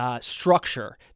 structure